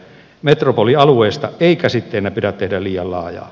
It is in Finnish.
metropolialueesta ei käsitteenä pidä tehdä liian laajaa